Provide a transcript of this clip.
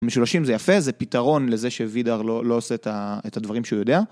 מ-30 זה יפה, זה פתרון לזה שווידר לא עושה את הדברים שהוא יודע.